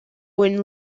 when